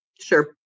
Sure